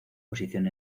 posición